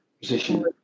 position